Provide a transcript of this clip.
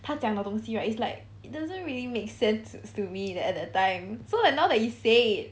他讲的东西 right it's like it doesn't really make sense to me that at that time so now that you say it